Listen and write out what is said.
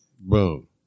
Boom